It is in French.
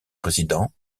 président